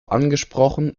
angesprochen